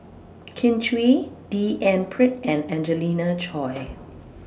Kin Chui D N Pritt and Angelina Choy